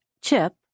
Chip